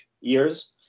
years